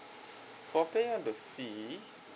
the fee